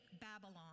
Babylon